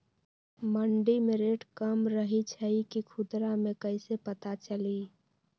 मंडी मे रेट कम रही छई कि खुदरा मे कैसे पता चली?